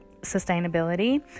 sustainability